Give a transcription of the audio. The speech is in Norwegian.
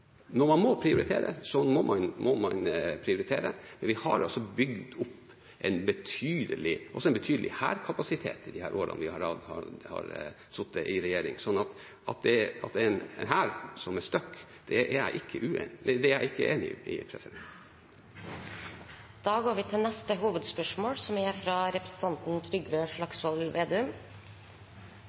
må man prioritere, men vi har altså bygd opp en betydelig hærkapasitet i disse årene vi har sittet i regjering. Så at dette er en hær som er «stuck», er jeg ikke enig i. Vi går til neste hovedspørsmål. Med Fremskrittsparti-leder Siv Jensen som finans- og avgiftsminister har avgiftene i